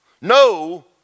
No